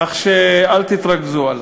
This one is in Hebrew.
כך שאל תתרגזו עלי.